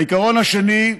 העיקרון השני: